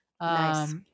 Nice